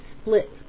split